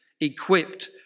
equipped